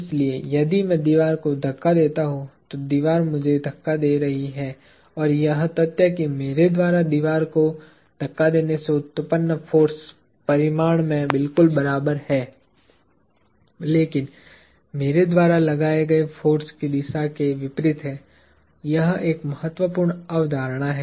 इसलिए यदि मैं दीवार को धक्का देता हूं तो दीवार मुझे धक्का दे रही है और यह तथ्य कि मेरे द्वारा दीवार को धक्का देने से उत्पन्न फोर्स परिमाण में बिल्कुल बराबर है लेकिन मेरे द्वारा लगाए गए फोर्स की दिशा के विपरीत है यह एक महत्वपूर्ण अवधारणा है